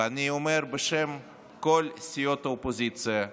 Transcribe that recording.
ואני אומר בשם כל סיעות האופוזיציה: